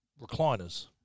recliners